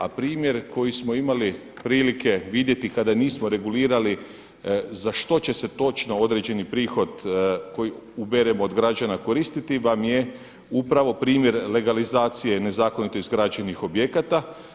A primjer koji smo imali prilike vidjeti kada nismo regulirali za što će se točno određeni prihod koji uberemo od građana koristiti vam je upravo primjer legalizacije nezakonito izgrađenih objekata.